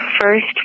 First